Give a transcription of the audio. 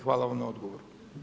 Hvala vam na odgovoru.